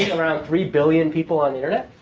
around three billion people on the internet.